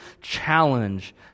challenge